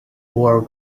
war